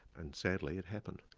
and sadly, it happened.